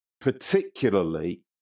particularly